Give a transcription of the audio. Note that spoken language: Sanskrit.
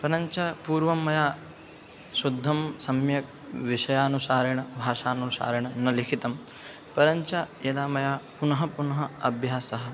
परञ्च पूर्वं मया शुद्धं सम्यक् विषयानुसारेण भाषानुशारेण न लिखितं परञ्च यदा मया पुनः पुनः अभ्यासः